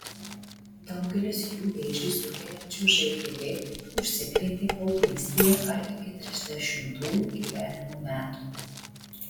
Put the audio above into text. daugelis jų vėžį sukeliančiu žpv užsikrėtė paauglystėje ar iki trisdešimtųjų gyvenimo metų